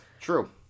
true